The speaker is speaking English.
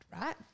right